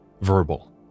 verbal